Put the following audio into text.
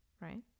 right